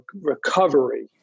recovery